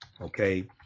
Okay